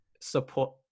support